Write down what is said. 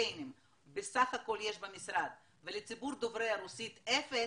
קמפיינים בסך הכול יש במשרד ולציבור דוברי הרוסית אפס,